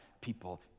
people